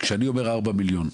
כשאני אומר 4 מיליון שקלים,